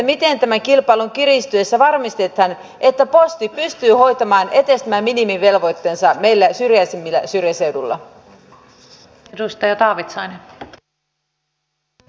miten tämän kilpailun kiristyessä varmistetaan että posti pystyy hoitamaan edes tämän minimivelvoitteensa näillä syrjäisimmillä syrjäseuduilla